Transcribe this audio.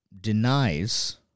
denies